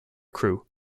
crew